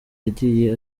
yagiye